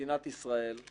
מדינת ישראל היא